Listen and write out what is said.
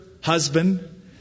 husband